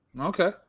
Okay